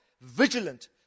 vigilant